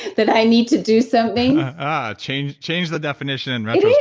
that i need to do something ah change change the definition in